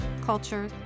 culture